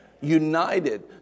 United